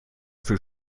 für